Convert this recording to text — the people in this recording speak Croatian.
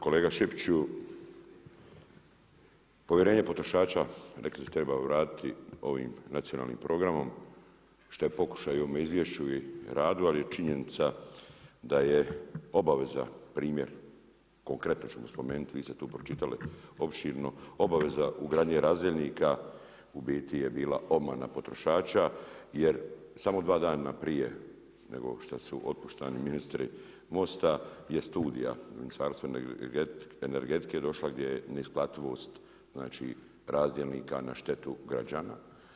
Kolega Šipiću, povjerenje potrošača rekli ste da se treba vratiti ovim nacionalnim programom, što je pokušaj u izvješću i radu ali je činjenica da je obaveza primjer, konkretno ću spomenuti, vi ste tu pročitali opširno, u ugradnji razdjelnika u biti je bila obmana potrošača jer samo dva dana prije nego što otpuštani ministri MOST-a, je studija Ministarstva energetike došlo gdje je neisplativost, znači razdjelnika na štetu građana.